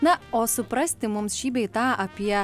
na o suprasti mums šį bei tą apie